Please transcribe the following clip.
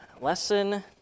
Lesson